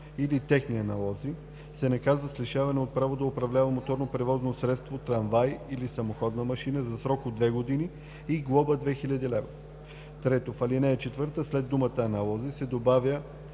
или техни аналози, се наказва с лишаване от право да управлява моторно превозно средство, трамвай или самоходна машина за срок от две години и глоба 2000 лв.” 3. В ал. 4 след думата „аналози” се добавя